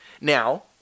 Now